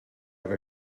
have